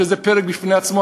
זה פרק בפני עצמו,